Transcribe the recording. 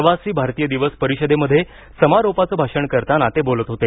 प्रवासी भारतीय दिवस परिषदेमध्ये समारोपाचं भाषण करताना ते बोलत होते